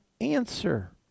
answer